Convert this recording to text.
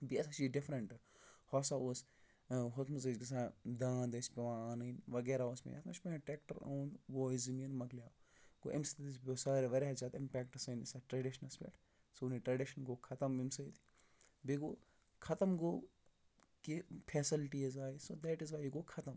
بیٚیہِ ہَسا چھِ یہِ ڈِفرَنٛٹ ہُہ ہَسا اوس ہُتھ منٛز ٲسۍ گژھان دانٛد ٲسۍ پٮ۪وان اَنٕنۍ وغیرہ اوس پٮ۪وان یَتھ منٛز چھِ ٹرٛیکٹَر اوٚن ووے زٔمیٖن مۄکلیٛو گوٚو اَمہِ سۭتۍ حظ چھِ گوٚو سار واریاہ زیادٕ اِمفپیکٹ سٲنِس یَتھ ٹرٛیڈِشنَس پٮ۪ٹھ سون یہِ ٹرٛیڈِشَن گوٚو ختم امہِ سۭتۍ بیٚیہِ گوٚو ختم گوٚو کہِ فیسَلٹیٖز آے دیٹ اِز وَے یہِ گوٚو ختم